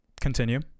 Continue